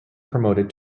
promoted